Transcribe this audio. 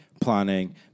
planning